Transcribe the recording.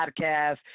podcast